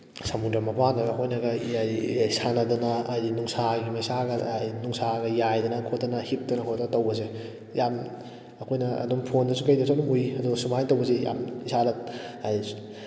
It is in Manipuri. ꯁꯃꯨꯗ꯭ꯔ ꯃꯄꯥꯟꯗꯒ ꯑꯩꯈꯣꯏꯅꯒ ꯁꯥꯟꯅꯗꯅ ꯍꯥꯏꯕꯗꯤ ꯅꯨꯡꯁꯥꯒꯤ ꯃꯩꯁꯥꯒ ꯅꯨꯡꯁꯥꯒ ꯌꯥꯏꯗꯅ ꯈꯣꯠꯇꯅ ꯍꯤꯞꯇꯅ ꯈꯣꯠꯇꯅ ꯇꯧꯕꯁꯦ ꯌꯥꯝ ꯑꯩꯈꯣꯏꯅ ꯑꯗꯨꯝ ꯐꯣꯟꯗꯁꯨ ꯀꯩꯗꯁꯨ ꯑꯗꯨꯝ ꯎꯏ ꯑꯗꯣ ꯁꯨꯃꯥꯏꯅ ꯇꯧꯕꯁꯦ ꯌꯥꯝ ꯏꯁꯥꯗ ꯍꯥꯏꯕꯗꯤ